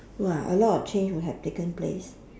!wow! a lot of change would have taken place